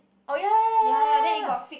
oh ya ya ya ya ya